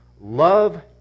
Love